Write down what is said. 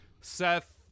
Seth